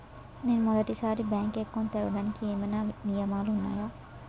నేను మొదటి సారి బ్యాంక్ అకౌంట్ తెరవడానికి ఏమైనా నియమాలు వున్నాయా?